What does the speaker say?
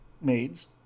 maids